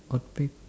I'd pick